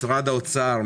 משרד האוצר,